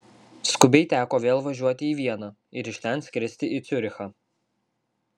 skubiai teko vėl važiuoti į vieną ir iš ten skristi į ciurichą